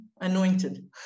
anointed